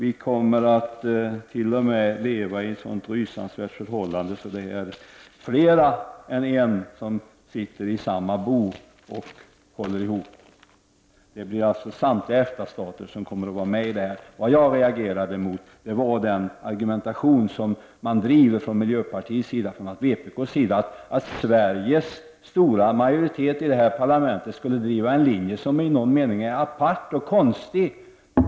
Vi kommer t.o.m. att leva i ett så rysansvärt förhållande att fler än en sitter i samma bo och håller ihop. Samtliga EFTA-stater kommer alltså att vara med i detta förhållande. Vad jag reagerade mot var den argumentation som miljöpartiet och vpk driver i detta sammanhang, den som går ut på att Sveriges stora majoritet i detta parlament skulle driva en linje som i någon mening är apart och konstig.